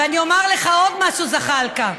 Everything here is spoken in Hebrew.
ואני אומר לך עוד משהו, זחאלקה: